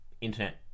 internet